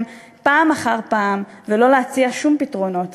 פעם אחר פעם ולא להציע שום פתרונות,